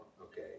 okay